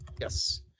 Yes